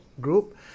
group